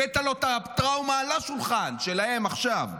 הבאת להם את הטראומה לשולחן, שלהם, עכשיו.